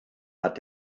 hat